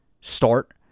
start